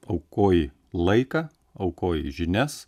aukoji laiką aukoji žinias